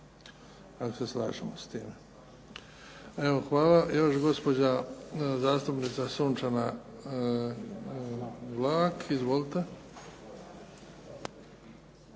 ako se slažemo s time. Evo, hvala. Još gospođa zastupnica Sunčana Glavak. Izvolite.